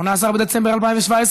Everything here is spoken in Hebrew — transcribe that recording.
18 בדצמבר 2017,